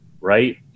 right